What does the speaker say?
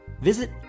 Visit